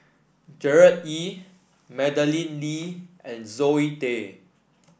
Gerard Ee Madeleine Lee and Zoe Tay